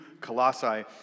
Colossae